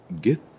get